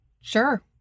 Sure